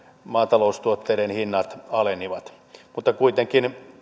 maataloustuotteiden hinnat alenivat mutta kuitenkin